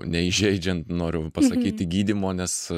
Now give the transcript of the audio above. neįžeidžiant noriu pasakyti gydymo nes